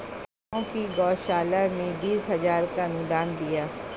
गांव की गौशाला में बीस हजार का अनुदान दिया